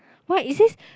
what is it